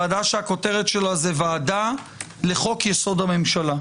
ועדה שכותרתה היא ועדה לחוק יסוד: הממשלה.